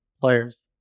players